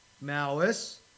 malice